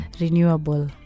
renewable